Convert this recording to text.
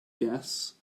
guests